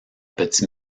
petits